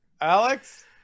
alex